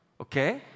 okay